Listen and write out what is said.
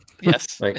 Yes